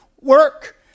work